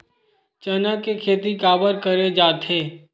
चना के खेती काबर करे जाथे?